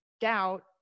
doubt